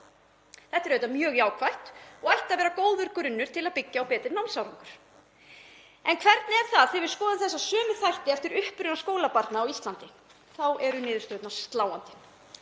Þetta er auðvitað mjög jákvætt og ætti að vera góður grunnur til að byggja betri námsárangur á. En hvernig er það þegar við skoðum þessa sömu þætti eftir uppruna skólabarna á Íslandi? Þá eru niðurstöðurnar sláandi.